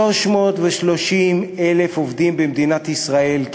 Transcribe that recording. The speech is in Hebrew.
330,000 עובדים במדינת ישראל,